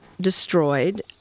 destroyed